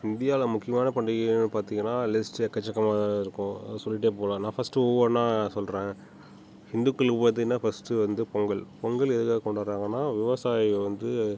இந்தியாவில முக்கியமான பண்டிகைன்னு பார்த்திங்கனா லிஸ்ட் எக்கச்சக்கமாததான் இருக்கும் சொல்லிட்டே போகலாம் நான் ஃபர்ஸ்ட்டு ஒவ்வொன்னாக சொல்லுறேன் ஹிந்துக்கள் உகாதின்னா ஃபர்ஸ்ட்டு வந்து பொங்கல் பொங்கல் எதுக்காக கொண்டாடுறாங்கனா விவசாயி வந்து